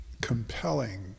compelling